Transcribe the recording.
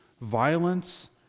violence